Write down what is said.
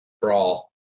Brawl